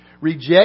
Reject